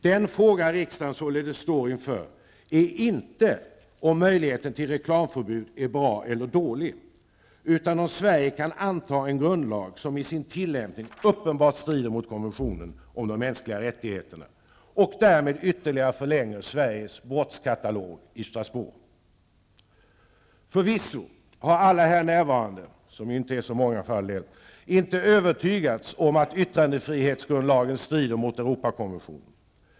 Den fråga riksdagen således står inför är inte om möjligheten till reklamförbud är bra eller dålig, utan om Sverige kan anta en grundlag som i sin tillämpning uppenbart strider mot konventionen om de mänskliga rättigheterna, och därmed ytterligare förlänger Sveriges brottskatalog i Förvisso har alla här närvarande -- som för all del inte är så många -- inte övertygats om att yttrandefrihetsgrundlagen strider mot Europakonventionen.